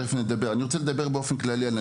בהקשר הזה,